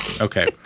Okay